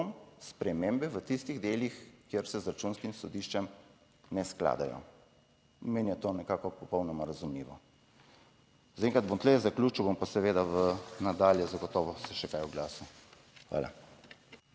spremembe v tistih delih, kjer se z Računskim sodiščem ne skladajo. Meni je to nekako popolnoma razumljivo zaenkrat, bom tu zaključil, bom pa seveda v nadalje zagotovo se še kaj oglasil. Hvala.